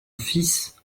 fils